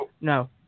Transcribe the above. no